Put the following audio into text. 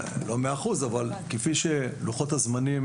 לא ב-100 אחוזים אלא לפי לוחות הזמנים